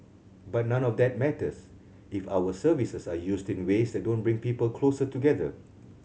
but none of that matters if our services are used in ways that don't bring people closer together